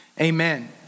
Amen